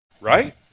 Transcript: Right